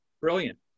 brilliant